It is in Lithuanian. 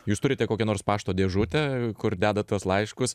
jūs turite kokią nors pašto dėžutę kur dedat tuos laiškus